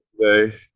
today